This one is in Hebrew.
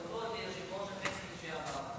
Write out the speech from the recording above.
כבוד ליושב-ראש הכנסת לשעבר.